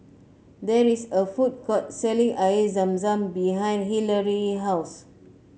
there is a food court selling Air Zam Zam behind Hilary's house